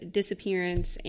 disappearance